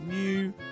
new